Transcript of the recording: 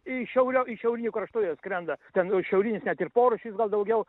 iš šiaurio iš šiaurinių kraštų jie skrenda ten šiaurinis net ir porūšis gal daugiau